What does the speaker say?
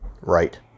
Right